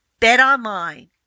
BetOnline